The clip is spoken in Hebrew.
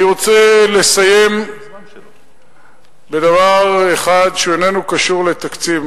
אני רוצה לסיים בדבר אחד שאיננו קשור לתקציב.